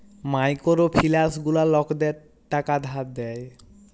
micro ফিলালস গুলা লকদের টাকা ধার দেয়